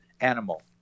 animal